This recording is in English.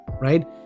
right